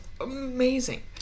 amazing